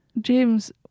james